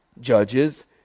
judges